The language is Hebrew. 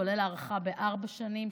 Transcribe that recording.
כולל הארכה בארבע שנים,